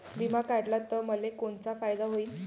बिमा काढला त मले कोनचा फायदा होईन?